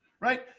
right